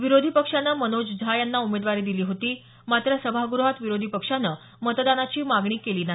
विरोधी पक्षान मनोज झा यांना उमेदवारी दिली होती मात्र सभागृहात विरोधी पक्षानं मतदानाची मागणी केली नाही